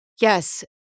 Yes